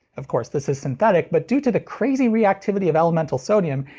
of course this is synthetic, but due to the crazy reactivity of elemental sodium,